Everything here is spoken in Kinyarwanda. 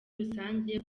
rusange